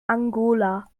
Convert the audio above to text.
angola